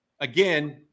Again